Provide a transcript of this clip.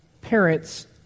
parents